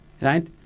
right